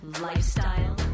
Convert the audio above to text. lifestyle